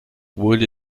wood